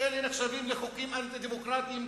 הם נחשבים לחוקים אנטי-דמוקרטיים,